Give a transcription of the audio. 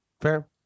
Fair